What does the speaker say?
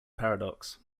paradox